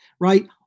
right